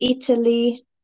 Italy